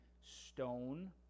stone